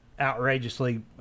outrageously